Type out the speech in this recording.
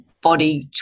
body